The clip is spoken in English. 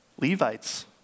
Levites